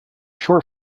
short